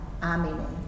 Amen